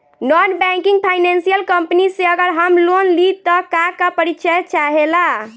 Non banking financial company से अगर हम लोन लि त का का परिचय चाहे ला?